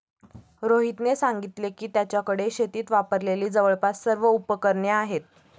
रोहितने सांगितले की, त्याच्याकडे शेतीत वापरलेली जवळपास सर्व उपकरणे आहेत